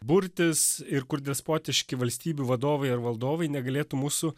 burtis ir kur despotiški valstybių vadovai ar valdovai negalėtų mūsų